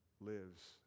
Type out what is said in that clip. lives